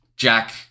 Jack